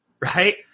Right